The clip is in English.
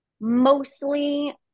mostly